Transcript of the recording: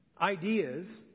ideas